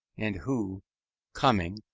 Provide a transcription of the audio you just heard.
and who coming,